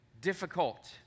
difficult